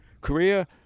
Korea